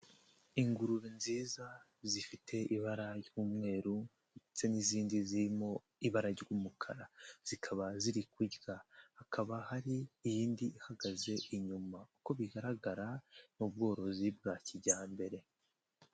Ingurube nziza zifite ibara ry'umweru ndetse n'izindi zirimo ibara ry'umukara zikaba ziri kurya, hakaba hari iyindi ihagaze inyuma, uko bigaragara ni ubworozi bwa kijyambere.